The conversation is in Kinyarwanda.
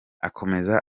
akomeza